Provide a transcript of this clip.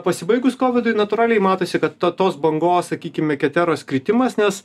pasibaigus kovidui natūraliai matosi kad ta tos bangos sakykime keteros kritimas nes